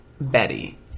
Betty